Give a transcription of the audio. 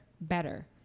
better